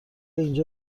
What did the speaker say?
اینجا